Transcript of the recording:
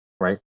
right